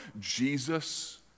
Jesus